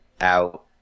out